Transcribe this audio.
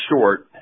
short